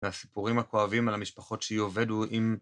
והסיפורים הכואבים על המשפחות שיאבדו עם